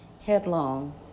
headlong